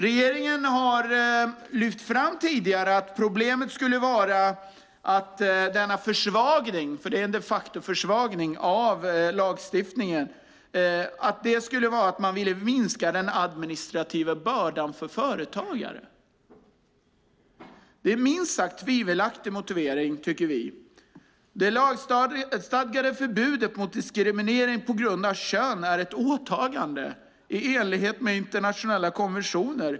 Regeringen har tidigare lyft fram att man med denna försvagning - det är de facto en försvagning av lagstiftningen - ville minska den administrativa bördan för företagare. Det är en minst sagt tvivelaktig motivering, tycker vi. Det lagstadgade förbudet mot diskriminering på grund av kön är ett åtagande i enlighet med internationella konventioner.